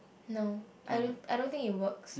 no I don't I don't think it works